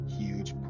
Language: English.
huge